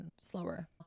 slower